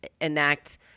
enact